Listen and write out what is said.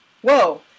whoa